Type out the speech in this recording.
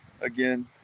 again